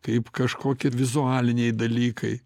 kaip kažkokie vizualiniai dalykai